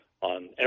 on